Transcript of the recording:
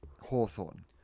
Hawthorne